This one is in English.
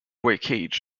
wreckage